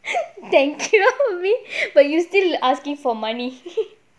thank you erby but you still asking for money